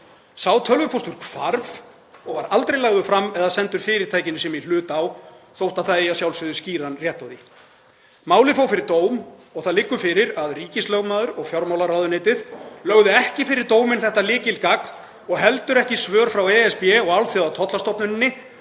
Sá tölvupóstur hvarf og var aldrei lagður fram eða sendur fyrirtækinu sem í hlut á þótt það eigi að sjálfsögðu skýran rétt á því. Málið fór fyrir dóm og það liggur fyrir að ríkislögmaður og fjármálaráðuneytið lögðu ekki fyrir dóminn þetta lykilgagn og heldur ekki svör frá ESB og Alþjóðatollastofnuninni